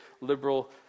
liberal